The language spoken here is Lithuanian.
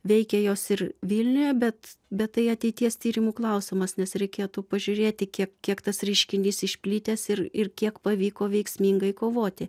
veikė jos ir vilniuje bet bet tai ateities tyrimų klausimas nes reikėtų pažiūrėti kiek kiek tas reiškinys išplitęs ir ir kiek pavyko veiksmingai kovoti